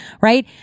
right